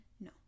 no